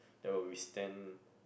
there will withstand